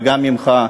וגם ממך,